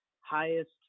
highest